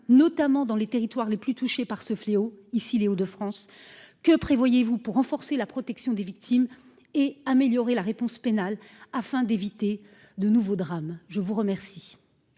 notamment dans les territoires les plus touchés par ce fléau ici, Les Hauts de France que prévoyez-vous pour renforcer la protection des victimes et améliorer la réponse pénale afin d'éviter de nouveaux drames. Je vous remercie.